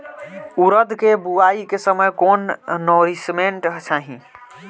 उरद के बुआई के समय कौन नौरिश्मेंट चाही?